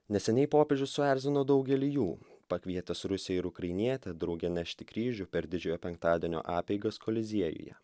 neseniai popiežius suerzino daugelį jų pakvietęs rusę ir ukrainietę drauge nešti kryžių per didžiojo penktadienio apeigas koliziejuje